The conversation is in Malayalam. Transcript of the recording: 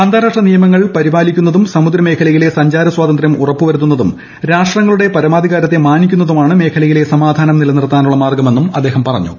അന്താരാഷ്ട്ര നിയമങ്ങൾ പരിപാലിക്കുന്നതും സമുദ്ര മേഖലയിലെ സഞ്ചാര സ്വാതന്ത്ര്യം ഉറപ്പു വരുത്തുന്നതും രാഷ്ട്രങ്ങളുടെ പരമാധികാരത്തെ മാനിക്കുന്നതുമാണ് മേഖലയിലെ സമാധാനം നിലനിർത്താനുള്ള മാർഗമെന്നും അദ്ദേഹം പറഞ്ഞു